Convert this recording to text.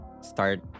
start